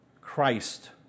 Christ